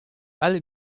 alle